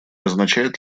означает